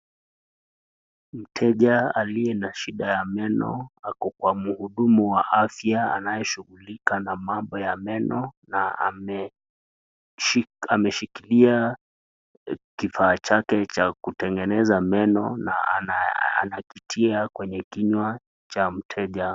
Mteja aliyokuwa na shida ya meno hudumu ya afya anayeshugulika, na mambo ya meno na ameshikilia kifaa chake cha kutengeneza meno anapitia kwenye kinywa kwa mteja.